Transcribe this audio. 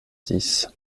dix